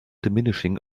diminishing